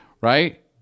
right